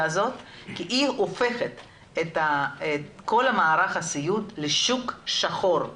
הזאת כי היא הופכת את כל המערך הסיעוד לשוק שחור.